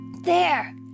There